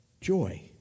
joy